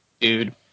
dude